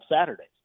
Saturdays